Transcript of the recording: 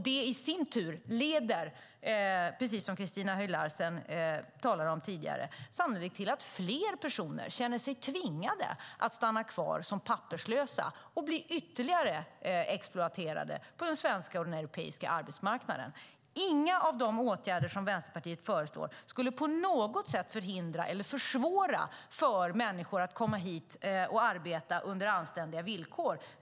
Det i sin tur leder, precis som Christina Höj Larsen talade om tidigare, sannolikt till att fler personer känner sig tvingade att stanna kvar som papperslösa och bli ännu mer exploaterade på den svenska och på den europeiska arbetsmarknaden. Inga av de åtgärder som Vänsterpartiet föreslår skulle på något sätt förhindra eller försvåra för människor att komma hit och arbeta under anständiga villkor.